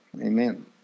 Amen